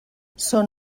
són